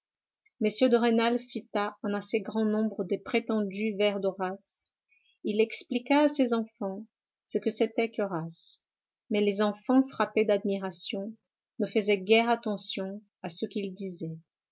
m de rênal cita un assez grand nombre de prétendus vers d'horace il expliqua à ses enfants ce que c'était qu'horace mais les enfants frappés d'admiration ne faisaient guère attention à ce qu'il disait